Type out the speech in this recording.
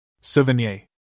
Souvenir